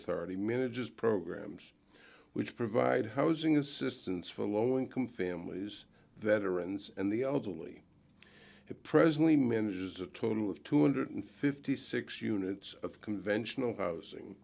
authority minute just programs which provide housing assistance for low income families veterans and the elderly it presently manages a total of two hundred and fifty six dollars units of conventional housing